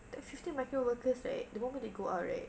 that fifteen migrant workers right the moment they go out right